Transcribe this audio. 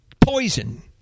poison